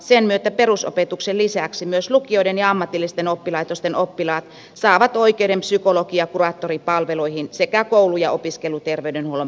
sen myötä perusopetuksen lisäksi myös lukioiden ja ammatillisten oppilaitosten oppilaat saavat oikeuden psykologi ja kuraattoripalveluihin sekä koulu ja opiskeluterveydenhuollon palveluihin